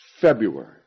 February